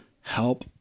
help